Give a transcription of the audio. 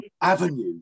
avenue